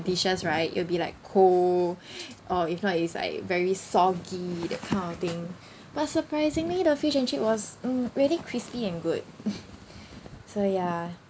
dishes right it'll be like cold or if not it's like very soggy that kind of thing but surprisingly the fish and chip was mm really crispy and good so ya